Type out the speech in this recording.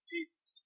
Jesus